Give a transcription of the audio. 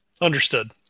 Understood